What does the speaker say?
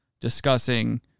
discussing